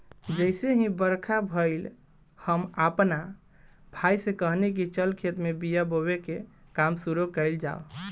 जइसे ही बरखा भईल, हम आपना भाई से कहनी की चल खेत में बिया बोवे के काम शुरू कईल जाव